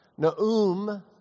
Naum